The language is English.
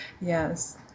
Yes